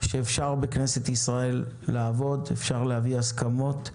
שאפשר בכנסת ישראל לעבוד, אפשר להביא הסכמות.